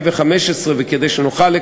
על הדילמה,